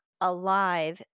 alive